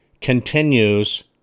continues